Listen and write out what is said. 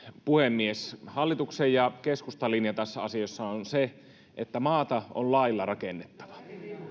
puhemies hallituksen ja keskustan linja tässä asiassa on se että maata on lailla rakennettava